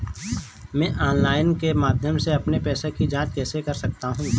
मैं ऑनलाइन के माध्यम से अपने पैसे की जाँच कैसे कर सकता हूँ?